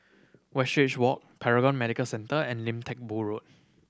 Westridge Walk Paragon Medical Centre and Lim Teck Boo Road